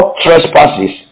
trespasses